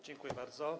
Dziękuję bardzo.